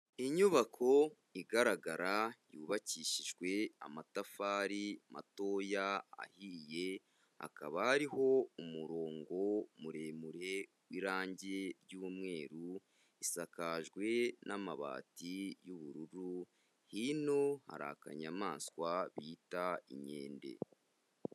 Inyubako igaragara, yubakishijwe amatafari matoya ahiye, akaba hariho umurongo muremure w'irangi ry'umweru, isakajwe n'amabati y'ubururu, hino hari akanyamaswa bita inkende.